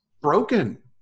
broken